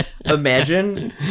Imagine